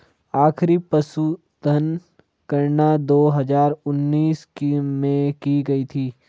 आखिरी पशुधन गणना दो हजार उन्नीस में की गयी थी